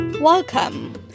Welcome